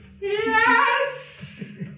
Yes